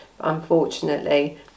Unfortunately